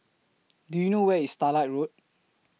Do YOU know Where IS Starlight Road